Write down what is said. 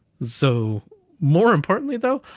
so more importantly though,